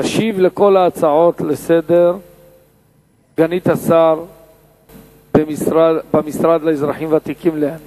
תשיב על כל ההצעות לסדר-היום סגנית השר במשרד לאזרחים ותיקים לאה נס.